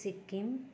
Sikkim